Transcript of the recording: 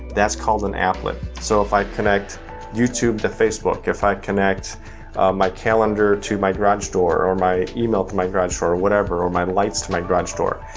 that's called an applet. so if i connect youtube to facebook, if i connect my calendar to my garage door or my email to my garage door, whatever, or my lights to my garage door,